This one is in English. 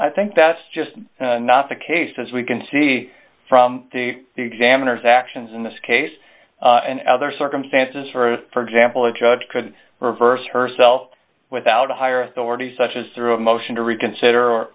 i think that's just not the case as we can see from the examiners actions in this case and other circumstances for example a judge could reverse herself without a higher authority such as through a motion to reconsider or